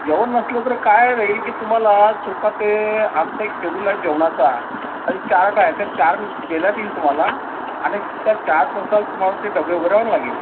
जेवण नसलं तर काय राहील की तुम्हाला स्वतः ते आमचा एक शेड्युल आहे जेवणाचा आणि चार्ट आहे त्या चार्ट देण्यात येईल तुम्हाला आणि त्या चार्टनुसार तुम्हाला ते डबे उघडावं लागेल